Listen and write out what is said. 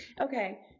Okay